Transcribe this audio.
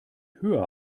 höher